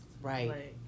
Right